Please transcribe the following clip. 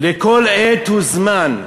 לכול עת וזמן.